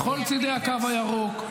בכל צידי הקו הירוק,